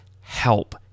help